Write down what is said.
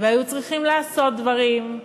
והיו צריכים לעשות דברים,